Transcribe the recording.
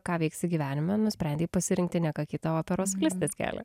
ką veiksi gyvenime nusprendei pasirinkti ne ką kitą o operos solistės kelią